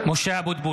(קורא בשמות חברי הכנסת) משה אבוטבול,